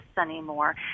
anymore